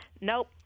nope